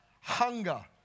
hunger